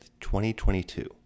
2022